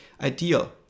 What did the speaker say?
ideal